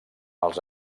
els